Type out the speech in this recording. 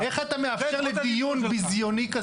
רם, איך אתה מאפשר לדיון ביזיוני כזה?